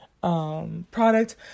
product